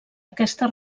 aquesta